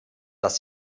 das